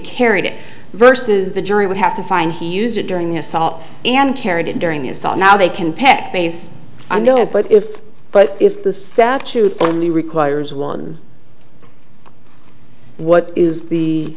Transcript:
carried it versus the jury would have to find he used it during the assault and carried it during the assault now they can pick case i'm going to but if but if the statute only requires one what is the